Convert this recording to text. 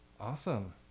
awesome